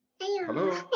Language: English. Hello